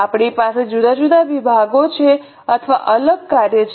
આપણી પાસે જુદા જુદા વિભાગો છે અથવા અલગ કાર્ય છે